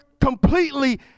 completely